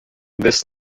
this